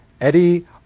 Eddie